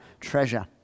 treasure